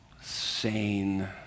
sane